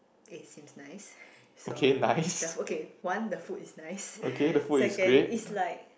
it seems nice so the okay one the food is nice second is like